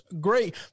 Great